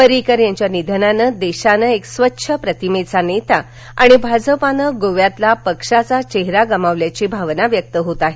परिंकर यांच्या निधनानं देशानं एक स्वच्छ प्रतिमेचा नेता आणि भाजपानं गोव्यातील पक्षाचा चेहरा गमावल्याची भावना व्यक्त होत आहे